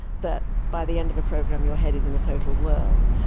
that by the end of a program your head is in a total whirl.